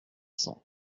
cent